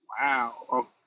Wow